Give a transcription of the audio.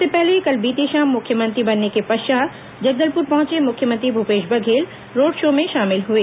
इससे पहले कल बीती शाम मुख्यमंत्री बनने के पश्चात जगदलपुर पहंचे मुख्यमंत्री भूपेश बघेल रोड शो में शामिल हुए